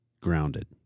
grounded